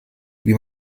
wie